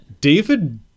David